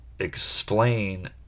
explain